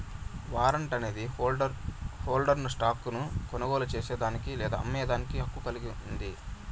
warrant అనేది హోల్డర్ను stock ను కొనుగోలు చేసేదానికి లేదా అమ్మేదానికి హక్కు కలిగింది